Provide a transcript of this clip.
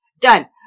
Done